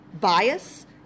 bias